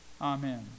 Amen